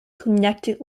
connected